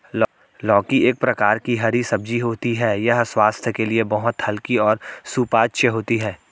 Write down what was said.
लौकी एक प्रकार की हरी सब्जी होती है यह स्वास्थ्य के लिए बहुत हल्की और सुपाच्य होती है